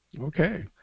Okay